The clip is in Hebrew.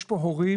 יש כאן הורים,